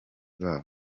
babo